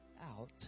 out